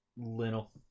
little